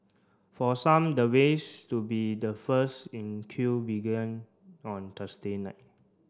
for some the race to be the first in queue began on Thursday night